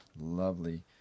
lovely